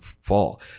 fall